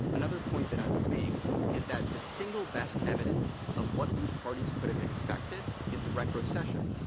another point that i would make is that the single best evidence of what these parties could have expected is the retrocession,